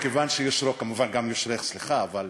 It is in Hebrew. מכיוון שיושרו, כמובן שגם יושרךְ, סליחה, אבל